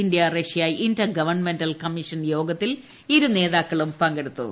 India Russia intergovernmental commission യോഗത്തിൽ ഇരു നേതാക്കളും പങ്കെടുത്തു